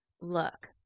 Look